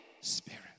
Spirit